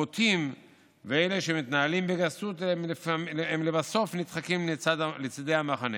הבוטים ואלה שמתנהלים בגסות לבסוף נדחקים לצידי המחנה.